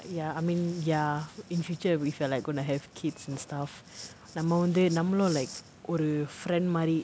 ya I mean ya in future if you're like gonna have kids and stuff நம்ம வந்து நம்மலும்:namma vanthu nammalum like ஒரு:oru friend மாரி:maari